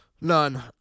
None